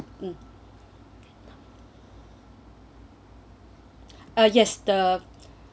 mm uh yes the